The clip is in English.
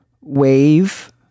Wave